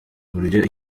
uburyo